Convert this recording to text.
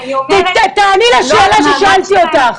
תעני לשאלה ששאלתי אותך.